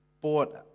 bought